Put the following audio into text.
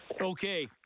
Okay